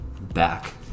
back